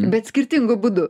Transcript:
bet skirtingu būdu